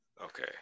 Okay